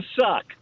suck